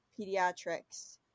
pediatrics